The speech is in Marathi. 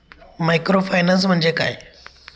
मायक्रोफायनान्स म्हणजे काय?